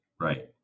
Right